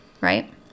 right